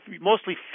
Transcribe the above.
mostly